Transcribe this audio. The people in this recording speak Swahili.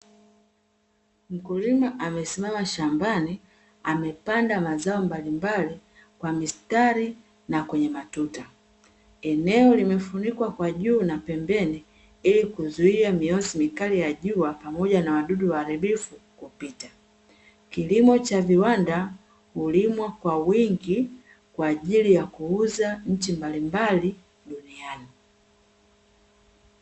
Mkulima amesimama shambani amepanda mazao mbalimbali kwa mistari na kwenye matuta. Eneo limefunikwa kwa juu na pembeni ili kuzuia mionzi mikali ya jua, pamoja na wadudu waharibifu kupita. Kilimo cha viwanda hulimwa kwa wingi, kwa ajili ya kuuza nchi mbalimbali duniani.